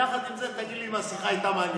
יחד עם זה, תגיד לי אם השיחה הייתה מעניינת.